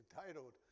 entitled